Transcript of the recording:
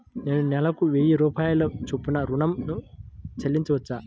నేను నెలకు వెయ్యి రూపాయల చొప్పున ఋణం ను చెల్లించవచ్చా?